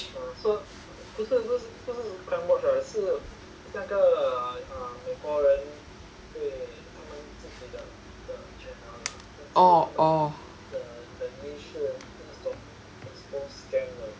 orh oh